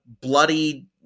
bloody